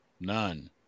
none